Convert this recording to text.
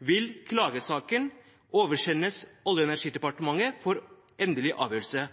vil klagesaken oversendes Olje- og energidepartementet for endelig avgjørelse.